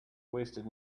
wasted